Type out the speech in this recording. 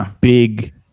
big